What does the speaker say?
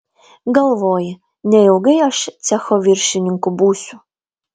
galvoji neilgai aš cecho viršininku būsiu